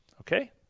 Okay